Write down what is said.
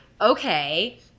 okay